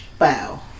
Wow